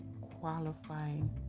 qualifying